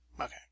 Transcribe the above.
Okay